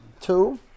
Two